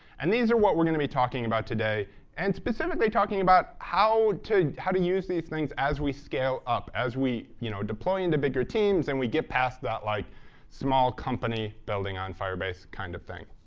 and these are what we're going to be talking about today and specifically talking about how to how to use these things as we scale up, as we you know deploy into bigger teams and we get past that like small company building on firebase kind of thing.